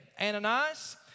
Ananias